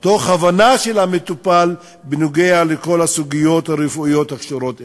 תוך הבנה של המטופל בנוגע לכל הסוגיות הרפואיות הקשורות אליו.